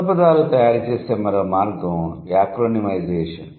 కొత్త పదాలు తయారు చేసే మరో మార్గం యాక్రోనిమైజేషన్